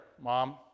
mom